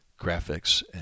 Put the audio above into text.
graphics